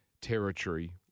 territory